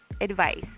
advice